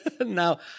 Now